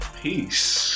Peace